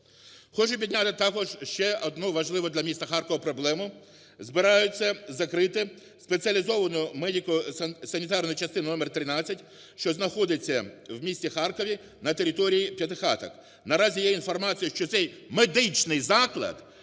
Хочу підняти також ще одну важливу для міста Харкова проблему. Збираються закрити спеціалізовану медико-санітарну частину № 13, що знаходиться в місті Харкові, на території П'ятихаток. Наразі є інформація, що цей медичний заклад